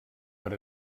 per